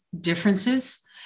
differences